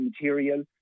material